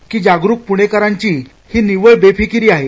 की जागरुक पुणेकरांची ही निव्वळ बेफिकीरी आहे